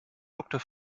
doktor